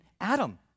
Adam